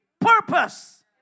purpose